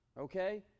okay